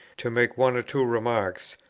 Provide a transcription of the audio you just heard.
to make one or two remarks,